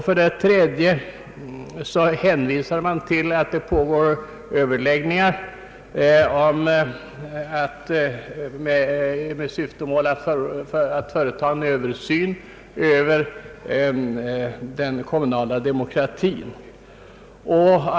För det tredje hänvisar utskottet till att det pågår överläggningar i syfte att företa en översyn av den kommunala demokratin.